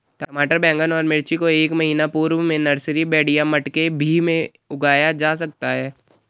टमाटर बैगन और मिर्ची को एक महीना पूर्व में नर्सरी बेड या मटके भी में उगाया जा सकता है